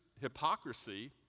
hypocrisy